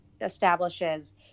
establishes